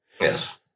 Yes